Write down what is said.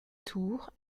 tour